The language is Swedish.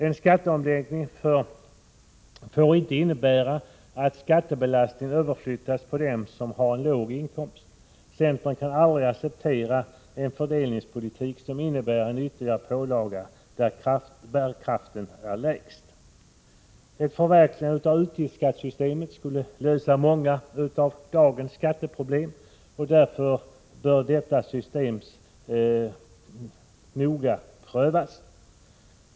En skatteomläggning får inte innebära att skattebelastningen överflyttas på dem som har en låg inkomst. Centern kan aldrig acceptera en fördelningspolitik som innebär en ytterligare pålaga på dem som har den svagaste bärkraften. Ett förverkligande av utgiftsskattesystemet skulle lösa många av dagens skatteproblem, och därför bör detta system noga prövas.